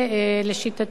לשיטתי,